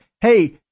Hey